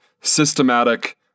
systematic